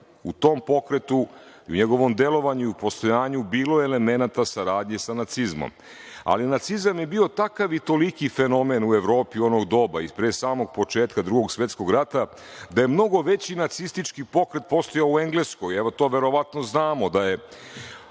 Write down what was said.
u tom pokretu njegovom delovanju i postojanju bilo elemenata saradnje sa nacizmom, ali nacizam je bio takav i toliki fenomen u Evropi onog doba i pre samog početka Drugog svetskog rata, da je mnogo veći nacistički pokret postojao u Engleskoj. Evo, to verovatno znamo, da je